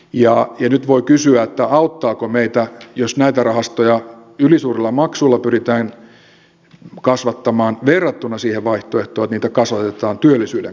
ja nyt voi kysyä auttaako meitä jos näitä rahastoja ylisuurella maksulla pyritään kasvattamaan verrattuna siihen vaihtoehtoon että niitä kasvatetaan työllisyyden kautta